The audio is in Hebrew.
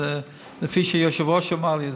לפי שהיושב-ראש אומר לי.